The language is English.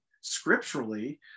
scripturally